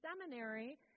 seminary